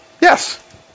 Yes